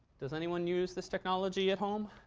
does anyone use this technology at home?